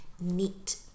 neat